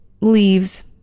leaves